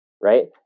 right